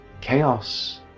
chaos